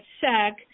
check